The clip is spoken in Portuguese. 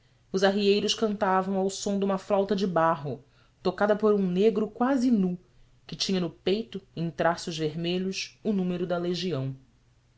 os arrieiros cantavam ao som de uma flauta de barro tocada por um negro quase nu que linha no peito em traços vermelhos o número da legião